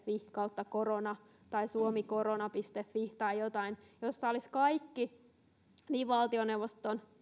fi korona tai suomikorona fi tai jotain jossa olisi kaikki selkokielellä valtioneuvoston